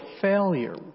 failure